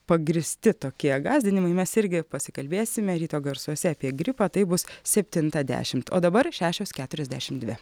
pagrįsti tokie gąsdinimai mes irgi pasikalbėsime ryto garsuose apie gripą tai bus septintą dešimt o dabar šešios keturiasdešimt dvi